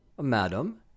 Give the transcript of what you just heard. Madam